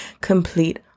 complete